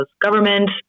government